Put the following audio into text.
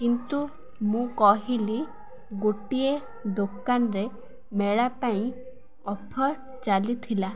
କିନ୍ତୁ ମୁଁ କହିଲି ଗୋଟିଏ ଦୋକାନରେ ମେଳା ପାଇଁ ଅଫର୍ ଚାଲି ଥିଲା